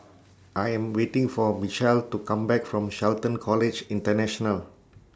I Am waiting For Mychal to Come Back from Shelton College International